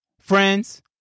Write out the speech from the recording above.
Friends